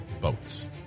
boats